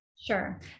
Sure